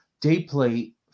deeply